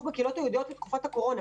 בקהילות היהודיות לתקופת הקורונה.